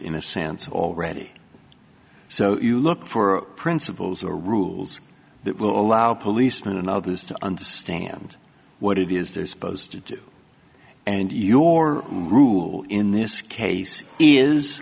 in a sense already so you look for principles or rules that will allow policemen and others to understand what it is their supposed to do and your rule in this case is